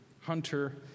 Hunter